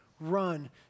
run